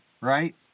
right